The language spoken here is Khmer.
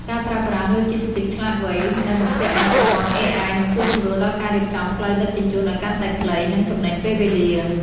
ការប្រើប្រាស់ "ឡូជីស្ទីកឆ្លាតវៃ" ដែលបំពាក់ដោយប្រព័ន្ធ AI នឹងជួយសម្រួលដល់ការរៀបចំផ្លូវដឹកជញ្ជូនឱ្យកាន់តែខ្លី និងចំណេញពេលវេលា។